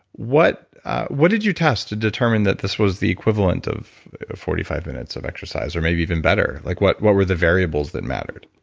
what what did you test to determine that this was the equivalent of forty five minutes of exercise or maybe even better? like what what were the variables that mattered?